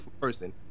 person